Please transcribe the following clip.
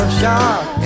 shock